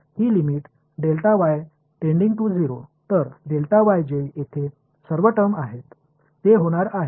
எனவே நான் வரம்பை எடுக்கப் போகிறேன் இந்த வரம்பு 0 ஆக இருக்கும்